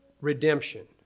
redemption